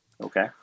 Okay